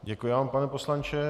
Děkuji vám, pane poslanče.